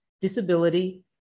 disability